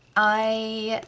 i